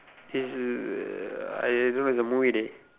is I don't like the movie leh